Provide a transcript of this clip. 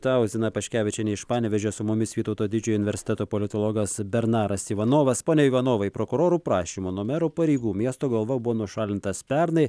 tau zina paškevičienė iš panevėžio su mumis vytauto didžiojo universiteto politologas bernaras ivanovas pone ivanovai prokurorų prašymu nuo mero pareigų miesto galva buvo nušalintas pernai